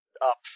up